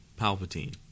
Palpatine